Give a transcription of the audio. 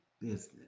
business